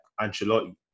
Ancelotti